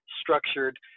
structured